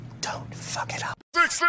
Don't-fuck-it-up